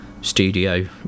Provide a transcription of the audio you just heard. studio